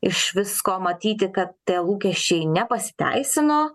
iš visko matyti kad tie lūkesčiai nepasiteisino